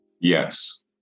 Yes